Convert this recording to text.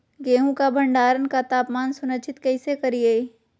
गेहूं का भंडारण का तापमान सुनिश्चित कैसे करिये?